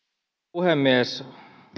puhemies